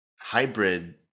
hybrid